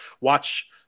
Watch